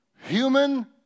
Human